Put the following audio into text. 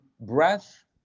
breath